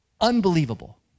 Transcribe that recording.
unbelievable